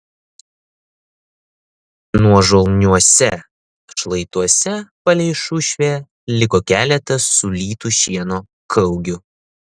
nuožulniuose šlaituose palei šušvę liko keletas sulytų šieno kaugių